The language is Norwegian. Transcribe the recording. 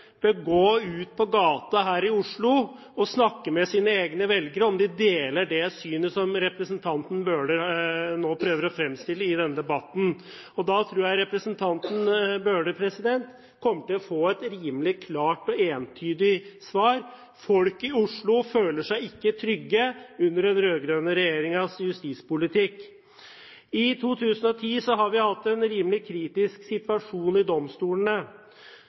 gå ut på gaten her i Oslo og snakke med sine egne velgere og spørre om de deler det synet som representanten Bøhler nå prøver å fremstille det som i denne debatten. Da tror jeg representanten Bøhler kommer til å få et rimelig klart og entydig svar: Folk i Oslo føler seg ikke trygge under den rød-grønne regjeringens justispolitikk. I 2010 har vi hatt en rimelig kritisk situasjon i domstolene.